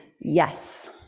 Yes